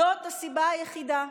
זאת הסיבה היחידה.